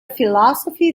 philosophy